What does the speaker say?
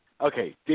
okay